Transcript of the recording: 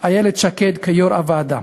איילת שקד כיו"ר הוועדה.